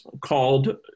called